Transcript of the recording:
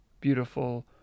beautiful